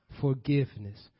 forgiveness